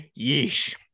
Yeesh